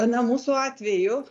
na mūsų atveju